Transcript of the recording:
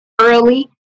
early